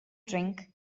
drink